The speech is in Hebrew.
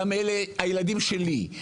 גם אלה הילדים שלי.